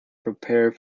prepare